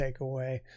takeaway